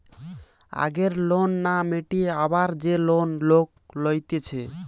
আগের লোন না মিটিয়ে আবার যে লোন লোক লইতেছে